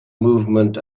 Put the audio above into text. movement